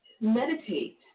meditate